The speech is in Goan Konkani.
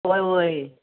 वोय वोय